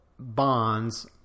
bonds